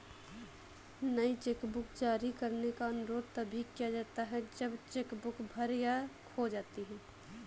नई चेकबुक जारी करने का अनुरोध तभी किया जाता है जब चेक बुक भर या खो जाती है